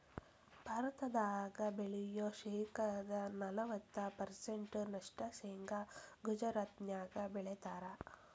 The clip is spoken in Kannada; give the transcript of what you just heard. ಭಾರತದಾಗ ಬೆಳಿಯೋ ಶೇಂಗಾದ ನಲವತ್ತ ಪರ್ಸೆಂಟ್ ನಷ್ಟ ಶೇಂಗಾ ಗುಜರಾತ್ನ್ಯಾಗ ಬೆಳೇತಾರ